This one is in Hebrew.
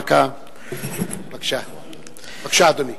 בבקשה, אדוני.